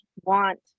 want